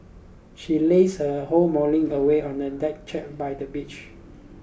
she lazed her whole morning away on a deck chair by the beach